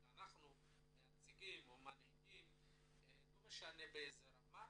שאנחנו הנציגים, לא משנה באיזה רמה,